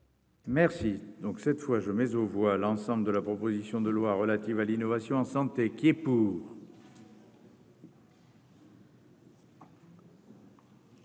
Merci donc cette fois jamais aux voit l'ensemble de la proposition de loi relative à l'innovation en santé qui est. Pour.